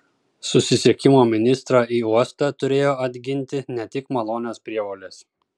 susisiekimo ministrą į uostą turėjo atginti ne tik malonios prievolės